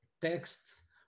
texts